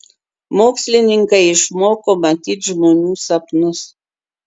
mokslininkai išmoko matyt žmonių sapnus